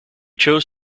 chose